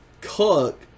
cook